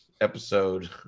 episode